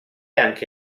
anche